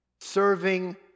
serving